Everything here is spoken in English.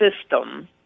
system